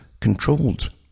controlled